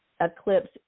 eclipse